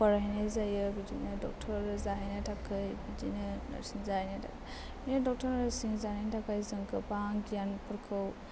फरायहैनाय जायो बिदिनो डक्ट'र जाहैनो थाखाय बिदिनो नार्स जाहैनो बिदिनो डक्ट'र नार्स जानायनि थाखाय जों गोबां गियानफोरखौ